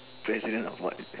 president of what